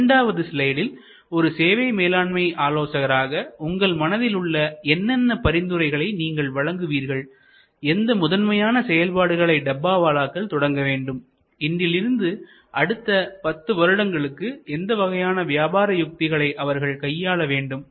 இரண்டாவது ஸ்லைட்டில்ஒரு சேவை மேலாண்மை ஆலோசகராக உங்கள் மனதில் உள்ள என்னென்ன பரிந்துரைகளை நீங்கள் வழங்குவீர்கள்எந்த முதன்மையான செயல்பாடுகளை டப்பாவாலா தொடங்க வேண்டும் இன்றிலிருந்து அடுத்த பத்து வருடங்களுக்கு எந்த வகையான வியாபார யுக்திகளை அவர்கள் கையாள வேண்டும்